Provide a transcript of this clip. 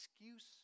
excuse